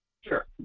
sure